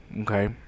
okay